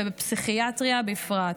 ובפסיכיאטריה בפרט.